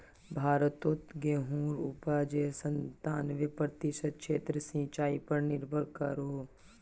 भारतोत गेहुंर उपाजेर संतानबे प्रतिशत क्षेत्र सिंचाई पर निर्भर करोह